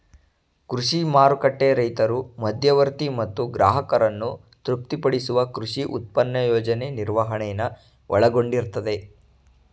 ಕೃಷಿ ಮಾರುಕಟ್ಟೆ ರೈತರು ಮಧ್ಯವರ್ತಿ ಮತ್ತು ಗ್ರಾಹಕರನ್ನು ತೃಪ್ತಿಪಡಿಸುವ ಕೃಷಿ ಉತ್ಪನ್ನ ಯೋಜನೆ ನಿರ್ವಹಣೆನ ಒಳಗೊಂಡಿರ್ತದೆ